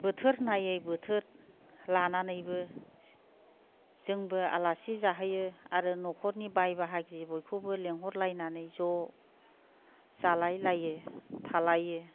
बोथोर नायै बोथोर लानानैबो जोंबो आलासि जाहैयो आरो न'खरनि बाय बाहागि बयखौबो लिंहरलायनानै ज' जालायलायो थालायो